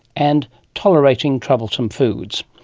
and tolerating troublesome foods.